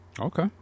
Okay